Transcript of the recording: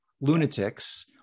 lunatics